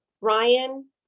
Ryan